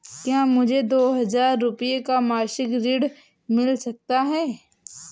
क्या मुझे दो हजार रूपए का मासिक ऋण मिल सकता है?